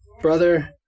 brother